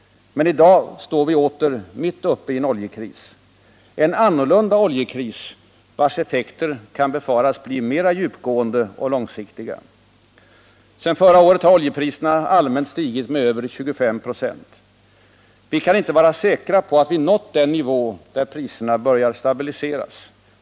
Men i dag står vi åter mitt uppe i en oljekris, en annorlunda oljekris vars effekter kan befaras bli mer djupgående och långsiktiga. Sedan förra året har oljepriserna allmänt stigit med över 25 96. Vi kan inte vara säkra på att vi nått den nivå där priserna börjar stabiliseras.